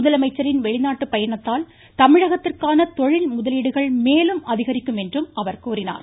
முதலமைச்சரின் வெளிநாட்டு பயணத்தால் தமிழகத்திற்கான தொழில் முதலீடுகள் மேலும் அதிகரிக்கும் என்றும் அவர் கூறினார்